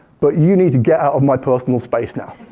but you need to get out of my personal space now.